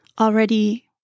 already